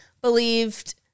believed